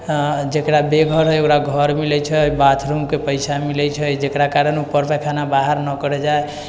जेकरा बेघर हइ ओकरा घर मिलैत छै बाथरूमके पैसा मिलैत छै जेकरा कारण पर पैखाना बाहर नहि करऽ जाय